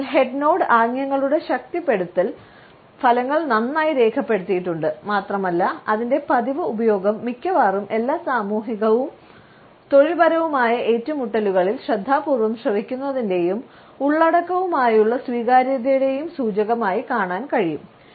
അതിനാൽ head nod ആംഗ്യങ്ങളുടെ ശക്തിപ്പെടുത്തൽ ഫലങ്ങൾ നന്നായി രേഖപ്പെടുത്തിയിട്ടുണ്ട് മാത്രമല്ല അതിന്റെ പതിവ് ഉപയോഗം മിക്കവാറും എല്ലാ സാമൂഹികവും തൊഴിൽപരവുമായ ഏറ്റുമുട്ടലുകളിൽ ശ്രദ്ധാപൂർവ്വം ശ്രവിക്കുന്നതിന്റെയും ഉള്ളടക്കവുമായുള്ള സ്വീകാര്യതയുടെയും സൂചകമായി കാണാൻ കഴിയും